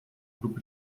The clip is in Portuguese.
grupo